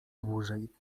dłużej